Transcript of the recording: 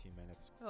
minutes